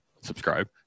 subscribe